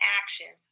action